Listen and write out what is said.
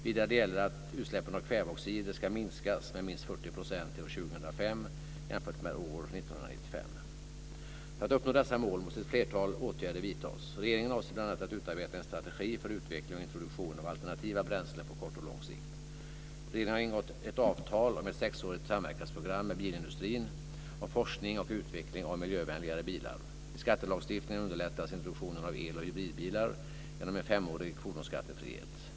Vidare gäller att utsläppen av kväveoxider ska minskas med minst 40 % till år För att uppnå dessa mål måste ett flertal åtgärder vidtas. Regeringen avser bl.a. att utarbeta en strategi för utveckling och introduktion av alternativa bränslen på kort och lång sikt. Regeringen har ingått ett avtal om ett sexårigt samverkansprogram med bilindustrin om forskning och utveckling av miljövänligare bilar. I skattelagstiftningen underlättas introduktionen av el och hybridbilar genom en femårig fordonsskattefrihet.